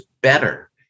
better